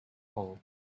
hole